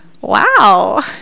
wow